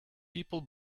people